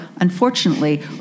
unfortunately